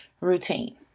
routine